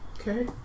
Okay